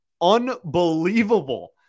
unbelievable –